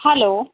hello